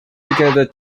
together